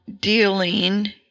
dealing